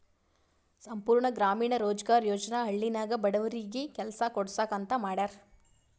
ಸಂಪೂರ್ಣ ಗ್ರಾಮೀಣ ರೋಜ್ಗಾರ್ ಯೋಜನಾ ಹಳ್ಳಿನಾಗ ಬಡವರಿಗಿ ಕೆಲಸಾ ಕೊಡ್ಸಾಕ್ ಅಂತ ಮಾಡ್ಯಾರ್